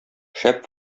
шәп